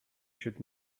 should